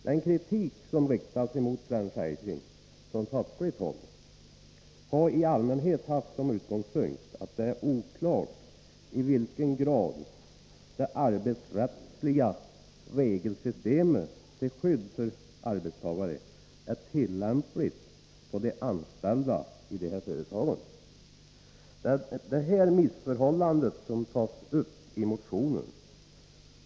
Den kritik som riktas mot franchising från fackligt håll har i allmänhet haft som utgångspunkt att det är oklart i vilken grad det arbetsrättsliga regelsystemet till skydd för arbetstagarna är tillämpligt på de anställda i dessa företag. Det är detta missförhållande som tas upp i motionen.